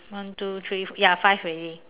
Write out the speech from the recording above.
one two three four ya five already